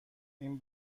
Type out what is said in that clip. این